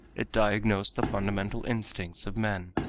it diagnosed the fundamental instincts of men,